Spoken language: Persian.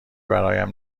برایم